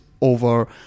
over